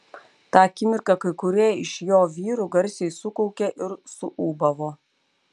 tą akimirką kai kurie iš jo vyrų garsiai sukaukė ir suūbavo